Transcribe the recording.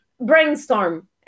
brainstorm